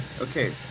Okay